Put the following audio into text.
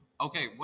Okay